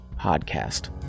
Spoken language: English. podcast